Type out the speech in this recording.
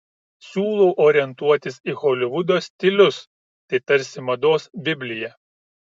siūlau orientuotis į holivudo stilius tai tarsi mados biblija